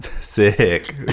sick